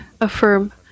affirm